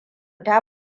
ta